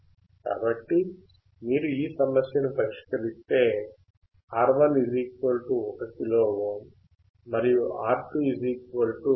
కాబట్టి మీరు ఈ సమస్యని పరిష్కరిస్తే R1 1 కిలో ఓమ్ మరియు R2 7